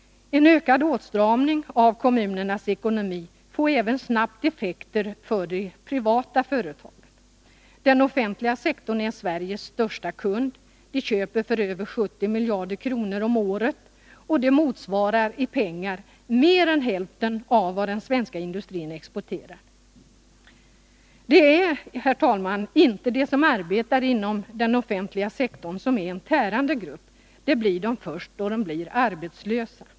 En ökad åtstramning av kommunernas ekonomi får även snabbt effekter för de privata företagen. Den offentliga sektorn är Sveriges största kund, den köper för över 70 miljarder kronor om året. Det motsvarar i pengar mer än hälften av vad den svenska industrin exporterar. Det är inte de som arbetar inom den offentliga sektorn som är en tärande grupp, det blir de först då de blir arbetslösa.